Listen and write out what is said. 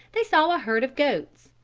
they saw a herd of goats.